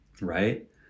Right